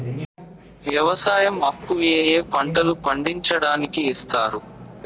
వ్యవసాయం అప్పు ఏ ఏ పంటలు పండించడానికి ఇస్తారు?